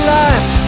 life